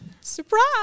Surprise